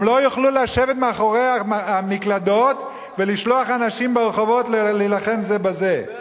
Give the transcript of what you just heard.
הם לא יוכלו לשבת מאחורי המקלדות ולשלוח אנשים להילחם זה בזה ברחובות.